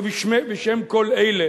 ובשם כל אלה